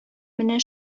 менә